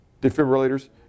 Defibrillators